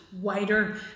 wider